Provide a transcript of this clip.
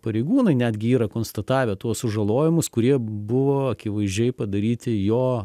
pareigūnai netgi yra konstatavę tuos sužalojimus kurie buvo akivaizdžiai padaryti jo